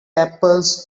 apples